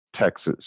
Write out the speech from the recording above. Texas